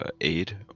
Aid